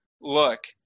look